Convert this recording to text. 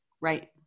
right